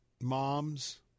moms